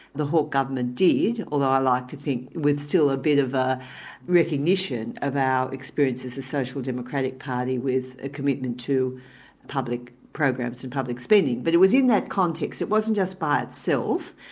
the hawke government did, although i like to think with still a bit of a recognition of our experience as a social democratic party with a commitment to public programs and public spending. but it was in that context, it wasn't just by itself,